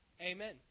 Amen